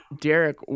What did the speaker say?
Derek